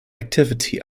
activity